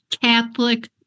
Catholic